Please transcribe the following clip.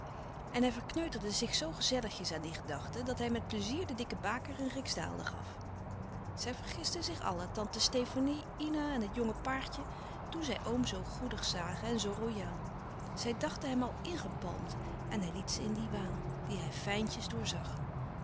en hij verkneuterde zich zoo gezelligjes aan die gedachte dat hij met pleizier de dikke baker een rijksdaalder gaf zij vergisten zich allen tante stefanie ina en het jonge paartje toen zij oom zoo goedig zagen en zoo royaal zij dachten hem al ingepalmd en hij liet ze in dien waan dien hij fijntjes doorzag